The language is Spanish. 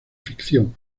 ficción